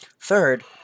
Third